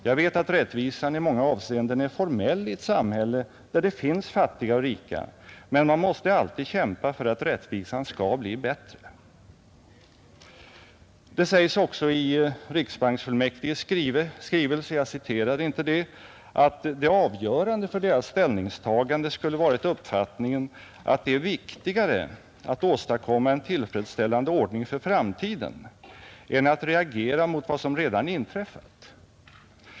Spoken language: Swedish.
Jag vet att rättvisan i många avseenden är formell i ett samhälle där det finns fattiga och rika, men man måste alltid kämpa för att rättvisan skall bli större. Det sägs också i riksbanksfullmäktiges skrivelse — jag citerade inte detta — att det avgörande för deras ställningstagande skulle varit uppfattningen att det är viktigare att åstadkomma en tillfredsställande ordning för framtiden än att reagera mot vad som redan inträffat.